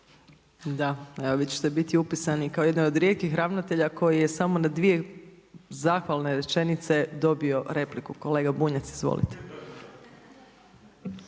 Da, evo vi ćete biti upisani kao jedan od rijetkih ravnatelja koji je samo na dvije zahvalne rečenice dobio repliku. Kolega Bunjac izvolite.